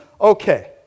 Okay